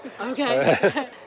okay